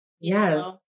Yes